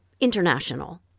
international